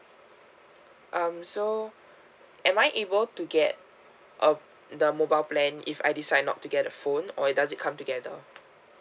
um so am I able to get uh the mobile plan if I decide not to get the phone or it does it come together